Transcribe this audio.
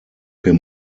him